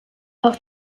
auch